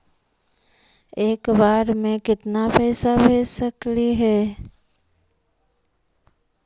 एक बार मे केतना पैसा भेज सकली हे?